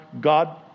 God